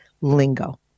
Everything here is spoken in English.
lingo